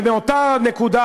ומאותה נקודה,